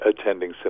attending